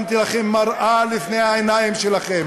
שמתי לכם מראה לפני העיניים שלכם.